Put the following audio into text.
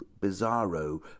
bizarro